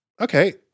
Okay